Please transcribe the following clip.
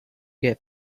get